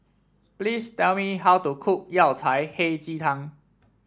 please tell me how to cook Yao Cai Hei Ji Tang